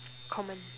common